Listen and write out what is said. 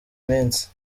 minsi